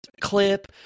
clip